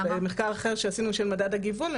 במחקר אחר שעשינו של מדד הגיוון,